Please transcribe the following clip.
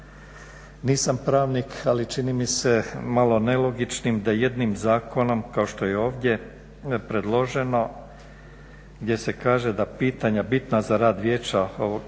Nisam pravnik, ali čini mi se malo nelogičnim da jednim zakonom kao što je ovdje predloženo gdje se kaže da pitanja bitna za rad vijeća